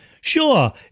Sure